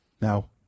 now